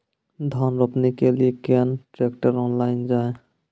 धान रोपनी के लिए केन ट्रैक्टर ऑनलाइन जाए?